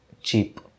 cheap